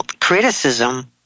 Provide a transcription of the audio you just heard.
criticism